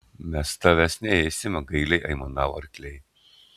mes tavęs neėsime gailiai aimanavo arkliai